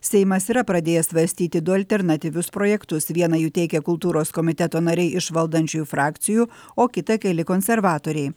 seimas yra pradėjęs svarstyti du alternatyvius projektus vieną jų teikia kultūros komiteto nariai iš valdančiųjų frakcijų o kita keli konservatoriai